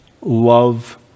love